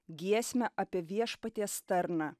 giesmę apie viešpaties tarną